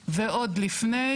כמעט, ועוד לפני.